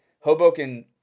Hoboken